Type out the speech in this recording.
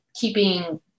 keeping